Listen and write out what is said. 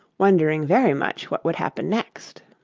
wondering very much what would happen next.